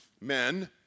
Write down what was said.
Men